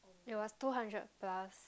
it was two hundred plus